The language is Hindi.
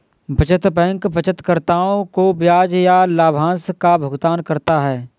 बचत बैंक बचतकर्ताओं को ब्याज या लाभांश का भुगतान करता है